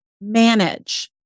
manage